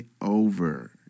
over